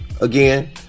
Again